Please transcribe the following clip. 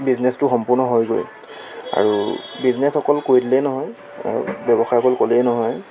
বিজনেছটো সম্পূৰ্ণ হয়গৈ আৰু বিজনেছ অকল কৰিলেই নহয় ব্যৱসায় অকল ক'লেই নহয়